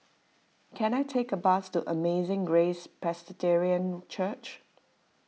can I take a bus to Amazing Grace Presbyterian Church